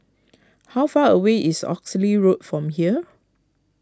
how far away is Oxley Road from here